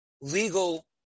legal